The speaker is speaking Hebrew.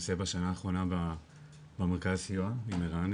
עושה בשנה האחרונה במרכז סיוע עם ערן,